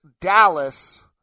Dallas